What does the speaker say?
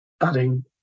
adding